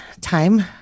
time